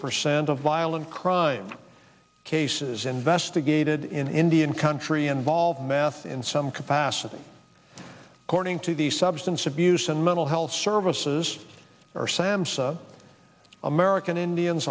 percent of violent crime cases investigated in indian country involve meth in some capacity according to the substance abuse and mental health services are samhsa american indians